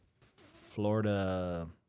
Florida